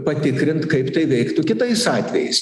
patikrint kaip tai veiktų kitais atvejais